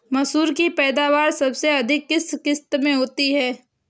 मसूर की पैदावार सबसे अधिक किस किश्त में होती है?